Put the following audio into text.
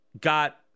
got